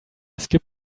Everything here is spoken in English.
skip